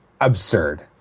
absurd